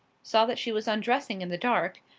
saw that she was undressing in the dark,